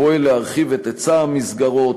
פועל להרחיב את היצע המסגרות,